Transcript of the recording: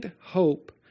hope